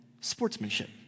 sportsmanship